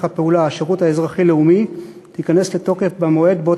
הפעולה השירות האזרחי-לאומי תיכנס לתוקף במועד שבו